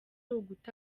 uguta